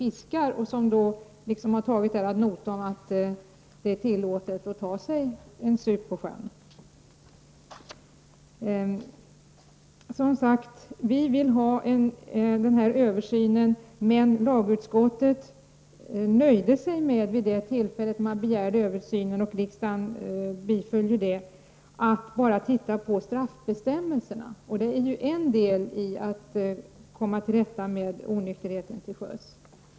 De är ute och fiskar och har tagit ad notam att det är tillåtet att ta sig en sup på sjön. Som sagt, vi vill ha denna översyn, men lagutskottet nöjde sig vid detta tillfälle med att begära en översyn, vilket riksdagen biföll. Det innebar att straffbestämmelserna sågs över. Detta är ju en del när det gäller att komma till rätta med onykterheten till sjöss.